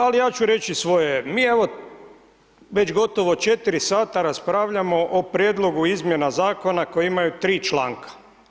Ali ja ću reći svoje, mi evo, već gotovo 4 sata raspravljamo o prijedlogu izmjena zakona koji imaju 3 članka.